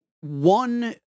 one